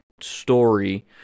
story